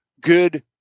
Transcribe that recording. good